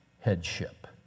headship